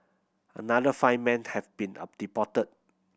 another five men have been a deported